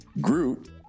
Groot